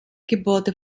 gebote